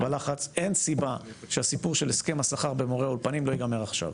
אין סיבה שהסיפור של הסכם השכר במורי האולפנים לא ייגמר עכשיו.